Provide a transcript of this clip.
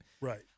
Right